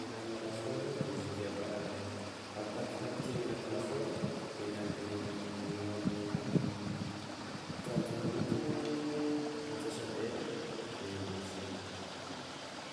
e rahan'ny lafaoro igny de izy aveo ava- a- ampidirigny agnaty lafaoro de miambigny eo amin'ny trente minuty antsasadera de masaka izy aveo.